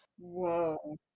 whoa